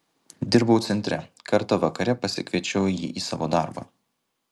dirbau centre kartą vakare pasikviečiau jį į savo darbą